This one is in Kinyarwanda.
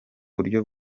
buryo